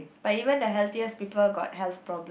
but even the healthiest people got health problem